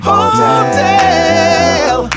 Hotel